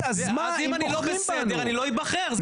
אם אני לא בסדר, אני לא אבחר.